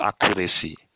accuracy